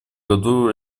году